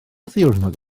ddiwrnod